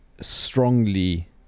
strongly